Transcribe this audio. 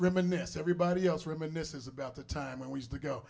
reminisce everybody else reminisces about the time when we used to go